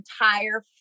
entire